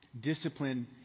Discipline